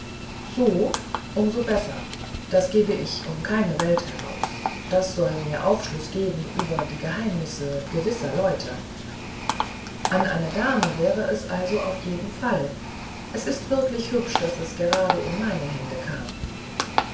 so um so besser das gebe ich um keine welt heraus das soll mir aufschluß geben über die geheimnisse gewisser leute an eine dame war es also auf jeden fall es ist wirklich hübsch daß es gerade in meine hände kam